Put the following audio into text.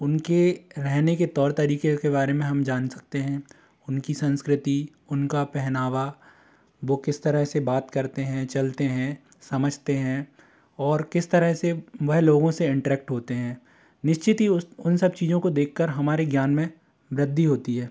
उनके रहने के तौर तरीक़े के बारे में हम जान सकते हैं उनकी संस्कृति उनका पहनावा वो किस तरह से बात करते हैं चलते हैं समझते हैं और किस तरह से वह लोगों से इंटरेक्ट होते हैं निश्चित ही उन सब चीज़ों को देख कर हमारे ज्ञान में वृद्धि होती है